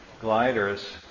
gliders